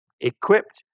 equipped